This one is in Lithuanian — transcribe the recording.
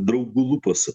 draugų lūpose